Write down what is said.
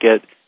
get